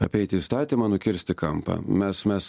apeiti įstatymą nukirsti kampą mes mes